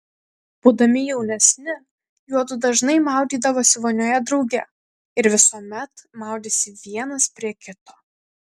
būdami jaunesni juodu dažnai maudydavosi vonioje drauge ir visuomet maudėsi vienas prie kito